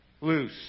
loose